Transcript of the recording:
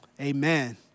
Amen